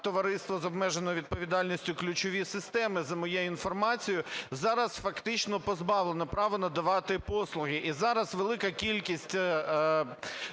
товариство з обмеженою відповідальністю "Ключові системи", за моєю інформацією, зараз фактично позбавлено право надавати послуги. І зараз велика кількість